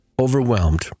overwhelmed